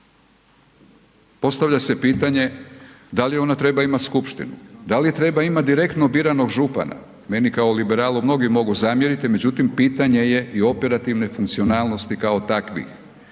Postavlja se pitanje da li ona treba imati skupštinu, da li treba imati direktno biranog župana? Meni kao liberalu mnogi mogu zamjeriti, međutim pitanje je i operativne funkcionalnosti kao takvih.